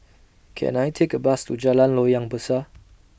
Can I Take A Bus to Jalan Loyang Besar